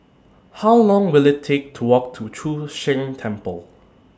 How Long Will IT Take to Walk to Chu Sheng Temple